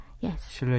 Yes